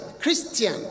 Christian